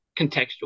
contextual